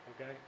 okay